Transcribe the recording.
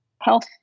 health